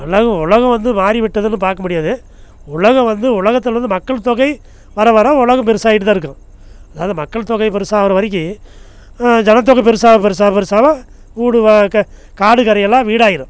உலகம் உலகம் வந்து மாறி விட்டதுன்னு பார்க்க முடியாது உலகம் வந்து உலகத்திலருந்து மக்கள் தொகை வர வர உலகம் பெருசாகிட்டு தான் இருக்கும் அதாவது மக்கள் தொகை பெருசாகுற வரைக்கிம் ஜனத்தொகை பெருசாக பெருசாக பெருசாக ஊடு வ க காடு கரை எல்லாம் வீடாயிடும்